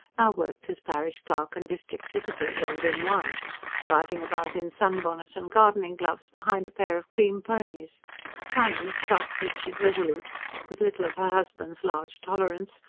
now worked as parish clerk and district visitor rolled in one driving about in sunbonnet and gardening-gloves behind a pair of cream ponies tiny, sharp-featured, resolute with little of her husband's large tolerance,